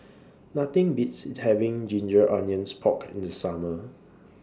Nothing Beats having Ginger Onions Pork in The Summer